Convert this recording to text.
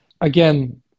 Again